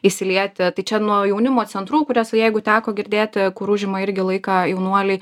įsilieti tai čia nuo jaunimo centrų kuriuos jeigu teko girdėti kur užima irgi laiką jaunuoliai